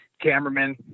Cameraman